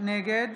נגד